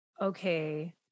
okay